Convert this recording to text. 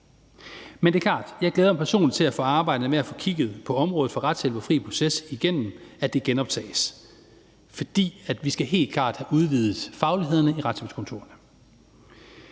Men det er klart, at jeg glæder mig personligt til, at arbejdet med at få kigget på området for retshjælp og fri proces igennem genoptages, for vi skal helt klart have udvidet faglighederne i retshjælpskontorerne.